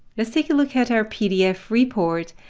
let's take a look at our pdf report.